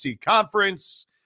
conference